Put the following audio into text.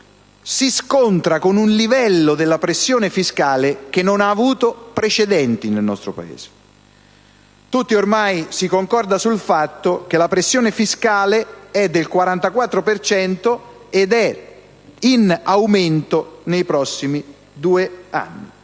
si scontra con un livello di pressione fiscale che non ha avuto precedenti nel nostro Paese. Infatti, tutti ormai si concorda sul fatto che la pressione fiscale sia del 44 per cento ed in aumento nei prossimi due anni.